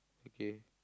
okay